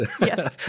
Yes